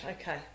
okay